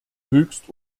höchst